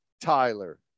Tyler